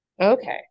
okay